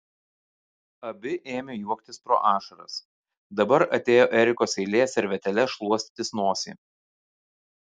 abi ėmė juoktis pro ašaras dabar atėjo erikos eilė servetėle šluostytis nosį